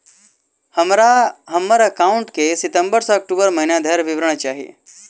हमरा हम्मर एकाउंट केँ सितम्बर सँ अक्टूबर महीना धरि विवरण चाहि?